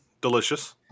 Delicious